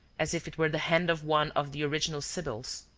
as if it were the hand of one of the original sybils,